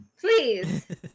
Please